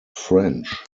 french